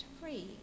free